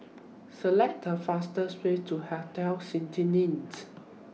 Select The fastest Way to Hotel